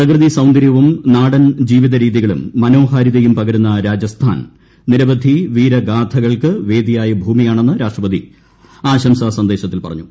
പ്രകൃതി സൌന്ദരൃവും നാടൻ ജീവിതരീതി കളും മനോഹാരിത പകരുന്ന രാജസ്ഥാൻ നിരവധി വീരഗാഥകൾക്ക് വേദിയായ ഭൂമിയാണെന്ന് രാഷ്ട്രപതി ആശംസാ സന്ദേശത്തിൽ പറ ഞ്ഞു